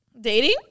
dating